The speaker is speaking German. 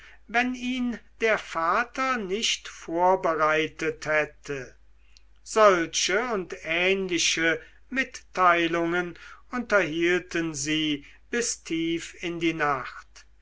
wenn ihn der vater nicht vorbereitet hätte solche und ähnliche mitteilungen unterhielten sie bis tief in die nacht